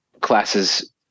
classes